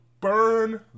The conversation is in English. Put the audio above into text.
Burn